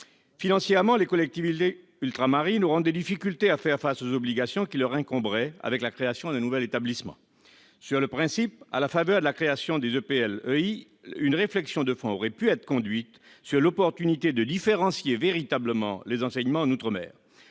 Financièrement, les collectivités ultramarines auront des difficultés à faire face aux obligations qui leur incomberaient avec la création d'un nouvel établissement. Sur le principe, à la faveur de la création des EPLEI, une réflexion de fond aurait pu être conduite sur l'opportunité de différencier véritablement les enseignements en outre-mer.